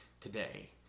today